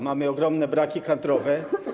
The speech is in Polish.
Mamy ogromne braki kadrowe.